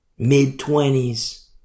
Mid-twenties